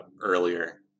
earlier